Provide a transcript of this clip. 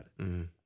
-hmm